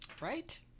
right